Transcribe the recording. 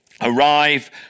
arrive